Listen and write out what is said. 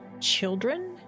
children